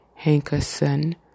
Hankerson